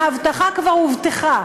ההבטחה כבר הובטחה,